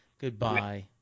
goodbye